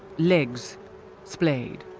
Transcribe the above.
legs splayed